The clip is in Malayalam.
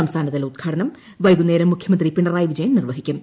സംസ്ഥാനതല ഉദ്ഘാടനം വൈകുന്നേരം മുഖ്യമന്ത്രി പിണറായി വിജയൻ നിർവഹിക്കും